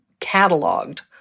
cataloged